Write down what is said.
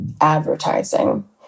advertising